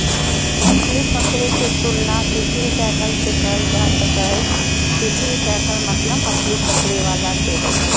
मछली पकड़े के तुलना फिशिंग टैकल से करल जा सक हई, फिशिंग टैकल मतलब मछली पकड़े वाला से हई